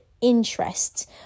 interests